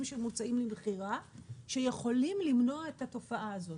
שמוצעים למכירה שיכולים למנוע את התופעה הזאת.